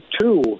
two